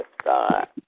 start